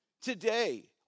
Today